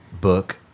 book